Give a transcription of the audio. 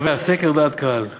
סקר דעת קהל קובע: